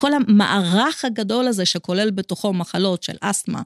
כל המערך הגדול הזה שכולל בתוכו מחלות של אסמה.